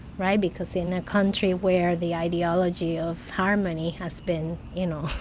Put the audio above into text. right? because in a country where the ideology of harmony has been, you know,